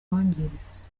wangiritse